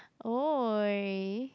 !oi!